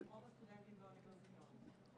הם רוב הסטודנטים באוניברסיטאות.